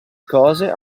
cose